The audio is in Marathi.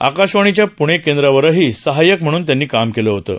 आकाशवाणीच्या पुणे केंद्रावरही सहाय्यक म्हणून काम केलं होतं